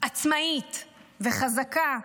עצמאית וחזקה,